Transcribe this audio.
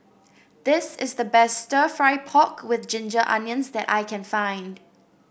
this is the best stir fry pork with Ginger Onions that I can find